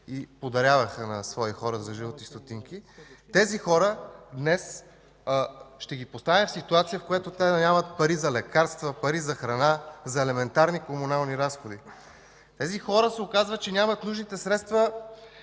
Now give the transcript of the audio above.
и подаряваха на свои хора за жълти стотинки, тези хора днес ще ги поставим в ситуация, в която да нямат пари за лекарства, за храна, за елементарни комунални разходи. Едни хора се оказва, че нямат нужните средства